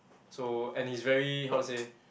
so and he's very how to say